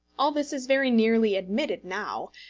all this is very nearly admitted now,